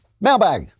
Mailbag